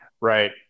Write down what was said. Right